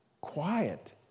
quiet